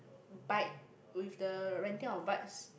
bike with the renting of bikes